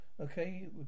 Okay